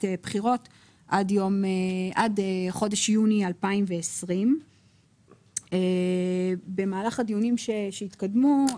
בחירות עד חודש יוני 2020. במהלך הדיונים שהתקדמו,